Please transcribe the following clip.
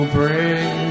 bring